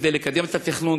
כדי לקדם את התכנון,